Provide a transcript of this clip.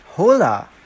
hola